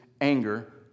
anger